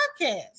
podcast